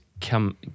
come